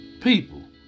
people